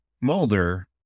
Mulder